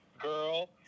Girl